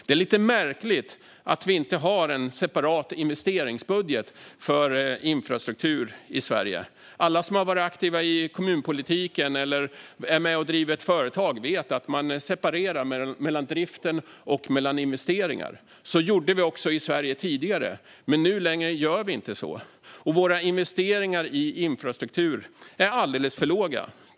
Det är lite märkligt att vi inte har en separat investeringsbudget för infrastruktur i Sverige. Alla som har varit aktiva i kommunpolitiken eller är med och driver ett företag vet att man separerar drift och investeringar. Så gjorde vi också i Sverige tidigare, men nu gör vi inte så längre. Våra investeringar i infrastruktur är alldeles för låga.